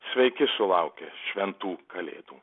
sveiki sulaukę šventų kalėdų